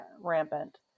rampant